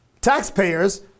taxpayers